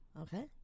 okay